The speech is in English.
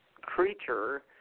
creature